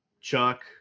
Chuck